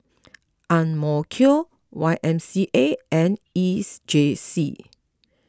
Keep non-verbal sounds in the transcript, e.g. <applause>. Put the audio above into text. <unintelligible> Y M C A and E J C